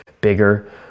bigger